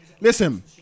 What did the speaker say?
Listen